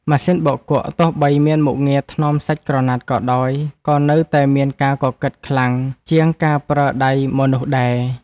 ម៉ាស៊ីនបោកគក់ទោះបីមានមុខងារថ្នមសាច់ក្រណាត់ក៏ដោយក៏នៅតែមានការកកិតខ្លាំងជាងការប្រើដៃមនុស្សដែរ។